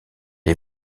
les